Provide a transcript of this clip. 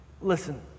Listen